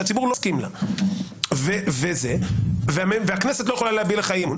שהציבור לא מסכים לה והכנסת לא יכלה להביע לך אי אמון.